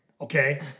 okay